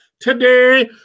today